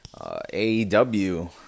AEW